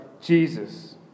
Jesus